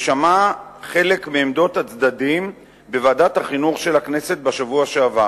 ושמע חלק מעמדות הצדדים בוועדת החינוך של הכנסת בשבוע שעבר.